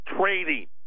trading